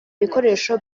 bikoresho